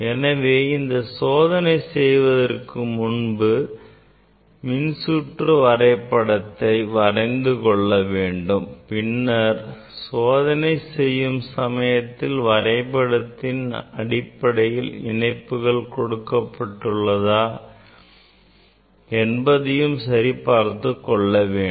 எனவே நாம் சோதனை செய்வதற்கு முன் மின்சுற்று வரைபடத்தை வரைந்து கொள்ள வேண்டும் பின்னர் சோதனை செய்யும் சமயத்தில் வரைபடத்தின் அடிப்படையில் இணைப்புகள் கொடுக்கப்பட்டுள்ளதா என்பதையும் சரி பார்த்துக் கொள்ள வேண்டும்